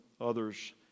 others